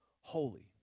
holy